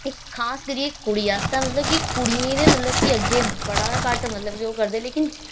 इक खास करियै इक कुड़ी आस्तै मतलब कि कुड़ियें गी ते मतलब कि अग्गें बड़ा गै घट्ट मतलब कि ओह् करदे लेकिन